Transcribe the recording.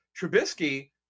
Trubisky